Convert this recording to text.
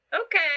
okay